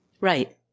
right